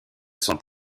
sont